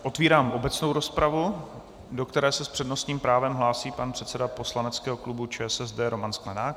Otevírám obecnou rozpravu, do které se s přednostním právem hlásí pan předseda poslaneckého klubu ČSSD Roman Sklenák.